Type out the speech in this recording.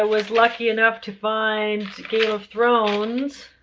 was lucky enough to find game of thrones,